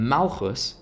Malchus